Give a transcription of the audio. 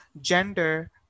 gender